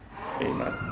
Amen